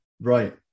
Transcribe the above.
Right